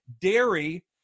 Dairy